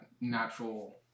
natural